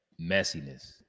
messiness